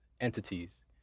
entities